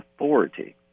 authority